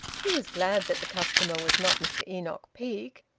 he was glad that the customer was not mr enoch peake,